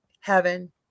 heaven